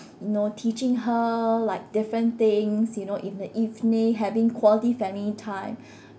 you know teaching her like different things you know in the evening having quality family time